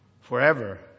forever